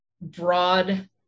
broad